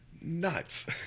nuts